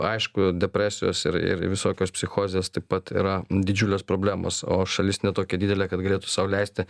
aišku depresijos ir ir visokios psichozės taip pat yra didžiulės problemos o šalis ne tokia didelė kad galėtų sau leisti